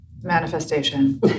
manifestation